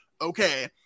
okay